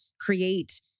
create